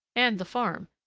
and the farm,